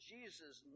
Jesus